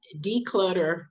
declutter